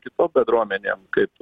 kitom bendruomenėm kaip